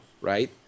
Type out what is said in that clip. right